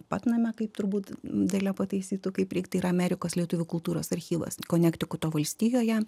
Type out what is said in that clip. patname kaip turbūt dalia pataisytų kaip reik tai yra amerikos lietuvių kultūros archyvas konektikuto valstijoje